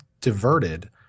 diverted